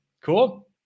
Cool